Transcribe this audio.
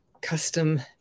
custom